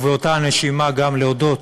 ובאותה נשימה גם להודות